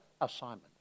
assignment